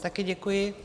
Také děkuji.